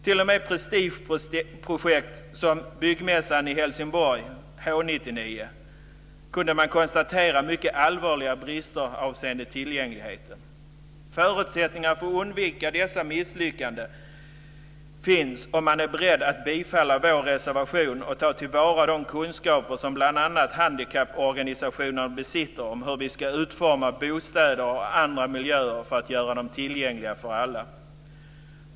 T.o.m. i prestigeprojekt som byggmässan i Helsingborg, H-99, kunde man konstatera mycket allvarliga brister avseende tillgängligheten. Förutsättningar för att undvika dessa misslyckanden finns om man är beredd att bifalla vår reservation och ta till vara de kunskaper som bl.a. handikapporganisationerna besitter om hur vi ska utforma bostäder och andra miljöer för att göra dem tillgängliga för alla.